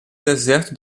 deserto